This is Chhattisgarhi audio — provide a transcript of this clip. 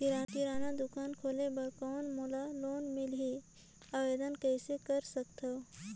किराना दुकान खोले बर कौन मोला लोन मिलही? आवेदन कइसे कर सकथव?